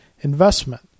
investment